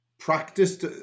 practiced